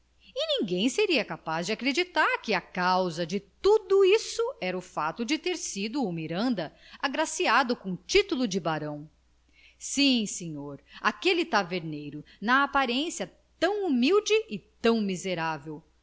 ninguém seria capaz de acreditar que a causa de tudo isso era o fato de ter sido o miranda agraciado com o titulo de barão sim senhor aquele taverneiro na aparência tão humilde e tão miserável